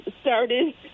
started